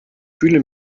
fühle